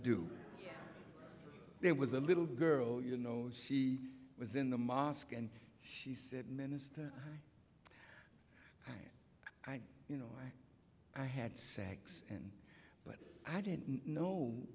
do there was a little girl you know she was in the mosque and she said minister you know i had sex and but i didn't know